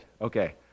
Okay